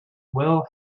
will